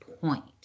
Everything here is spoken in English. point